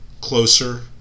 closer